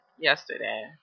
yesterday